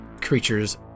creatures